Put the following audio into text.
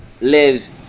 lives